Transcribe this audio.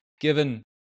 Given